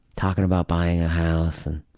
talking about buying a house and